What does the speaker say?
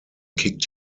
kicked